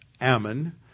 Ammon